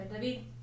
David